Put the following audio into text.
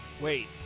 Wait